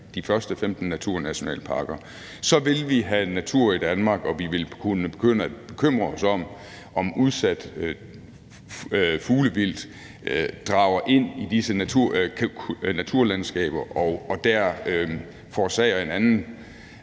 de første 15 naturnationalparker, så vil vi have natur i Danmark, og vi vil kunne begynde at bekymre os om, om udsat fuglevildt drager ind i disse naturlandskaber og der forårsager en anden